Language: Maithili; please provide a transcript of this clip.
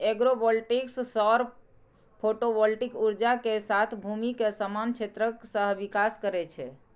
एग्रोवोल्टिक्स सौर फोटोवोल्टिक ऊर्जा के साथ भूमि के समान क्षेत्रक सहविकास करै छै